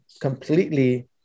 completely